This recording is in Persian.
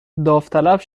داوطلب